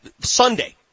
Sunday